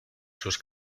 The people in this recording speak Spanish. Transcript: sus